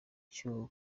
cyo